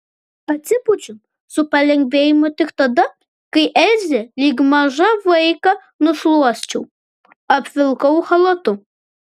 atsipūčiau su palengvėjimu tik tada kai elzę lyg mažą vaiką nušluosčiau apvilkau chalatu